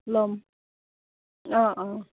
ল'ম অঁ অঁ